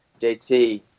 JT